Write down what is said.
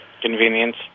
Convenience